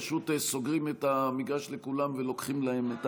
פשוט סוגרים את המגרש לכולם ולוקחים להם את